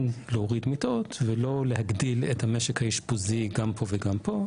להוריד מיטות ולא להגדיל את המשק האשפוזי גם פה וגם פה.